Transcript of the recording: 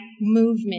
Movement